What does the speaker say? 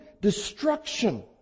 destruction